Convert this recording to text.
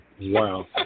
Wow